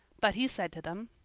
but he said to them,